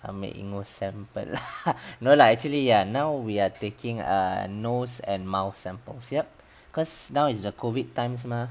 ambil hidung sample no lah actually ya now we are taking err nose and mouth samples yup cause now is the COVID times mah